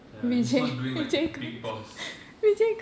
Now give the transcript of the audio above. ya when he's not doing like big boss